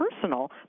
personal